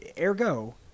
ergo